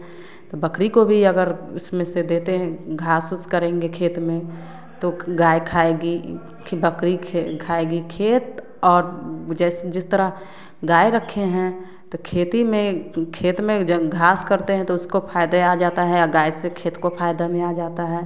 तो बकरी को भी अगर उसमें से देते घास उस करेंगे खेत में तो गाय खाएगी कि बकरी खे खाएगी खेत और जैसे जिस तरह गाय रखे हैं तो खेती में खेत में ज घास करते हैं तो उसको फ़ायदे आ जाता है अ गाय से खेत को फ़ायदा में आ जाता है